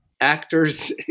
actors